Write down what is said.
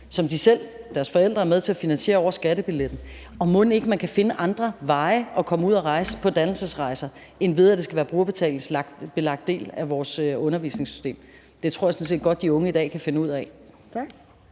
som de selv og deres forældre er med til at finansiere over skattebilletten. Og mon ikke man kan finde andre veje til at komme ud at rejse på dannelsesrejser, end ved at det skal være en brugerbetalingsbelagt del af vores undervisningssystem? Det tror jeg sådan set godt de unge i dag kan finde ud af.